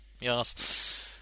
Yes